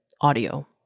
audio